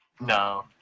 No